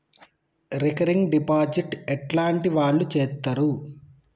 Recurring deposit ఎట్లాంటి వాళ్లు చేత్తరు?